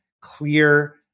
clear